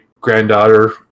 granddaughter